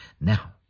Now